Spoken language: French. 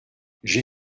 j’ai